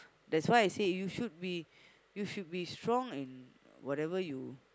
that's why I said you should be you should be strong in whatever you